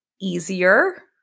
easier